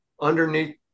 underneath